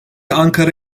ankara